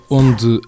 onde